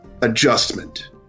adjustment